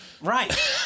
Right